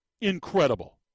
incredible